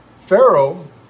Pharaoh